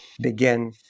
begin